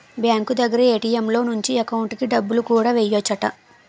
bank దగ్గర ATM లో నుంచి ఎకౌంటుకి డబ్బులు కూడా ఎయ్యెచ్చట